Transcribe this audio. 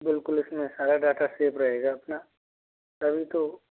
बिल्कुल इसमें सारा डाटा सेव रहेगा अपना तभी तो